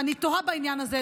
ואני תוהה בעניין הזה,